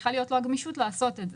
צריכה להיות לו הגמישות לעשות את זה.